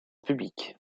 public